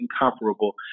incomparable